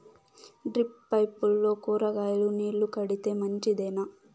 Drip పైపుల్లో కూరగాయలు నీళ్లు కడితే మంచిదేనా?